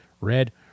red